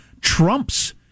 Trumps